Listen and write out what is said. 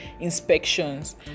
inspections